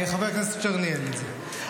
חבר הכנסת שטרן ניהל את זה.